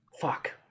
Fuck